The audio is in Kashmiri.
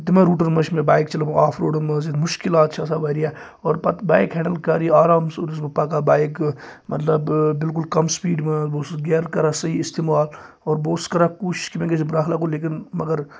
تِمَن روٗٹَن منٛز چھِ مےٚ بایک چَلٲومٕژ آف روٗٹن منٛز یِتھ مُشکِلات چھِ آسان وارِیاہ اور پَتہٕ بایک ہینڈَل کَرٕنۍ آرام سٍتۍ اوسُس بہٕ پَکان بایک مَطلَب بِلکُل کَم سُپیٖڈِ منٛز بہٕ اوسُس گِیر کَران صحٔی اِستعمال اور بہٕ اوسُس کَران کوٗشِش مےٚ گَژھِ نہٕ بَرٛکھ لَگُن لیکِن مَگَر